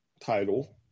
title